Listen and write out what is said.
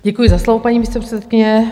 Děkuji za slovo, paní místopředsedkyně.